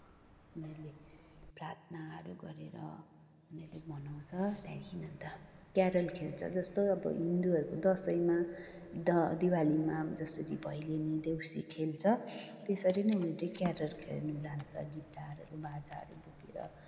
उनीहरूले प्रार्थनाहरू गरेर उनीहरूले मनाउँछ त्यहाँदेखि अन्त केरोल खेल्छ जस्तो अब हिन्दुहरूको दसैँमा द दिवालीमा अब जसरी भैलिनी देउसी खेल्छ त्यसरी नै उनीहरू चाहिँ केरोल खेल्न जान्छ गिटारहरू बाजाहरू बोकेर